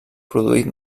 produït